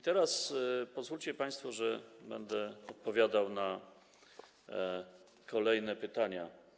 Teraz pozwólcie państwo, że będę odpowiadał na kolejne pytania.